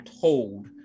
told